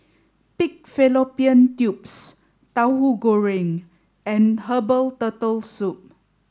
pig fallopian tubes Tahu Goreng and Herbal Turtle Soup